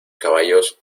caballos